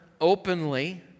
openly